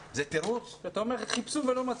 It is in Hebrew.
אתה אומר חיפשו ולא מצאו.